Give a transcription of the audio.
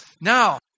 Now